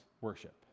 worship